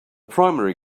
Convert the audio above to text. primary